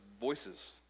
voices